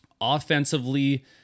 offensively